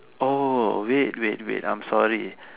oh wait wait wait I'm sorry